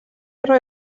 roi